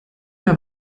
mehr